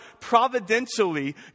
providentially